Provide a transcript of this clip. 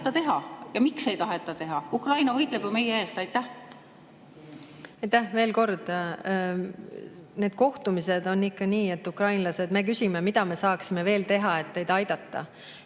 taheta teha. Ja miks ei taheta teha? Ukraina võitleb ju meie eest. Aitäh! Veel kord: need kohtumised on ikka nii, et me küsime, mida me saaksime veel teha, et neid aidata.